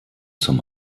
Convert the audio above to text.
zum